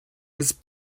his